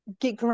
get